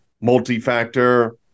multi-factor